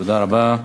תודה רבה.